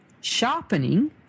sharpening